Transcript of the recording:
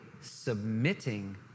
submitting